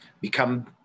become